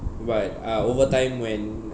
but uh over time when